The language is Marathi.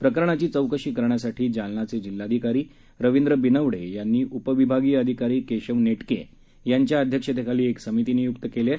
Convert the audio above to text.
प्रकरणाची चौकशी करण्यासाठी जालन्याचे जिल्हाधिकारी रवींद्र बिनवडे यांनी उपविभागीय अधिकारी केशव नेटके यांच्या अध्यक्षतेखाली एक समिती नियुक्त केली आहे